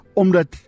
omdat